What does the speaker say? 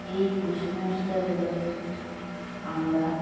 এই কুসংস্কারগুলো আমরা